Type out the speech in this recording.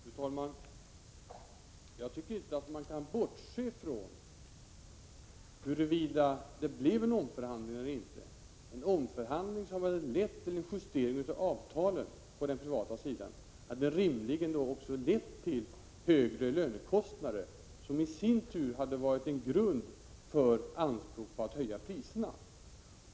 Fru talman! Jag tycker inte man kan bortse från huruvida det blev en omförhandling eller inte. En omförhandling hade väl lett till justering av avtalet på den privata sidan och rimligen också lett till högre lönekostnader, som i sin tur hade varit en grund för anspråk på att höja priserna.